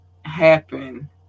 happen